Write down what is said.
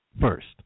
first